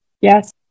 yes